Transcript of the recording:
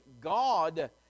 God